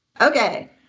okay